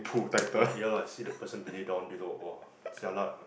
but ya lah see the person or down below jialat